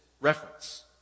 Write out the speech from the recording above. reference